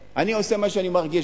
אני עושה מה שאני מרגיש,